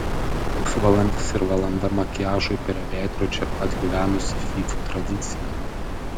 pusvalandis ir valanda makiažui prie veidrodžio atgyvenusi fyfų tradicija